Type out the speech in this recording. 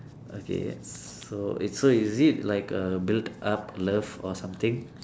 okay so so is it like err built up love or something